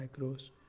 micros